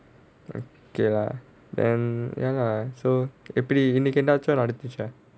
okay lah then ya lah so எப்படி இன்னைக்கு என்னாச்சு நடந்துச்சா:eppadi innaikku ennaachu nadanthuchchaa